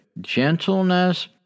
gentleness